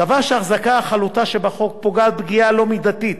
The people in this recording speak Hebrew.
קבע שהחזקה החלוטה שבחוק פוגעת פגיעה לא מידתית